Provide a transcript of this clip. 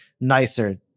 nicer